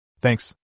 Thanks